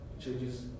changes